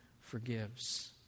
forgives